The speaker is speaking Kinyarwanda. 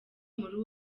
muri